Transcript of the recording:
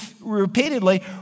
repeatedly